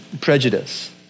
prejudice